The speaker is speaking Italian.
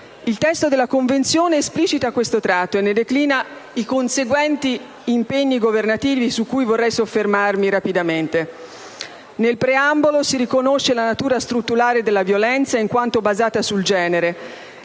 Il testo della Convenzione esplicita questo tratto e ne declina i conseguenti impegni governativi, sui quali vorrei soffermarmi rapidamente. Nel preambolo si riconosce «la natura strutturale della violenza contro le donne, in quanto basata sul genere»